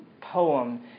poem